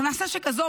הכנסה שכזאת,